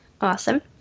Awesome